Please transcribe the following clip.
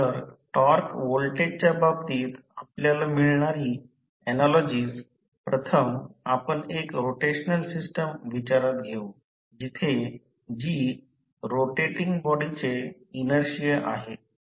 तर टॉर्क व्होल्टेजच्या बाबतीत आपल्याला मिळणारी ऍनालॉजीस प्रथम आपण एक रोटेशनल सिस्टम विचारात घेऊ जिथे g रोटेटिंग बॉडीचे इनर्शिया आहे